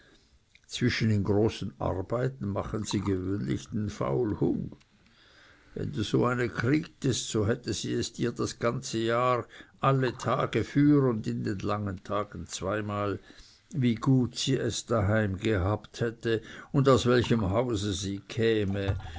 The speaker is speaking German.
zwischen den großen arbeiten machen sie gewöhnlich den faulhung wenn du so eine kriegtest so hätte sie es dir das ganze jahr alle tage für und in den langen tagen zweimal wie gut sie es daheim gehabt hätte und aus welchem hause sie käme